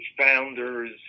founders